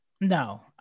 no